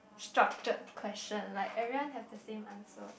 structured question like everyone have the same answer